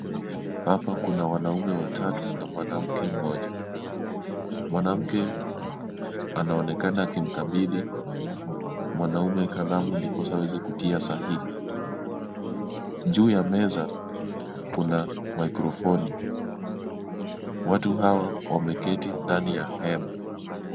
Hapa kuna wanaume wa tatu na mwanamke moja. Mwanamke akimkabidhi mwanaume kalamu, ndiposa aweze kutia sahihi. Juu ya meza, kuna maikrofoni. Watu hawa wameketi ndani ya hema.